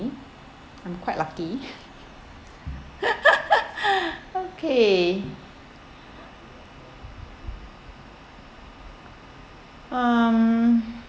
I'm quite lucky okay um